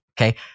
okay